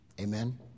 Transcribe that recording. amen